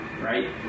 Right